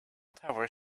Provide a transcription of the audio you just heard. tower